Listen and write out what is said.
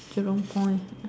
Jurong Point